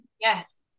yes